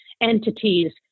entities